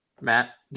Matt